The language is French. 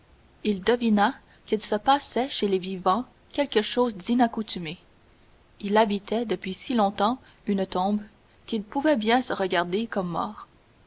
il devina qu'il se passait chez les vivants quelque chose d'inaccoutumé il habitait depuis si longtemps une tombe qu'il pouvait bien se regarder comme mort